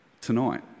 tonight